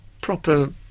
proper